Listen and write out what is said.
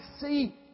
see